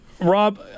Rob